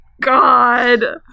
God